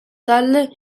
talde